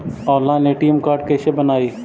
Online ATM card कैसे बनाई?